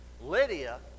Lydia